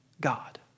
God